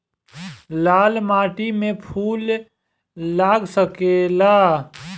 लाल माटी में फूल लाग सकेला?